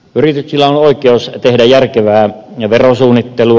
yrityksillä on oikeus tehdä järkevää verosuunnittelua